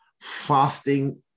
fasting